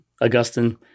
Augustine